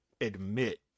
Admit